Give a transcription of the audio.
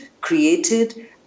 created